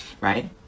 right